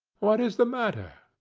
what is the matter?